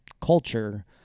culture –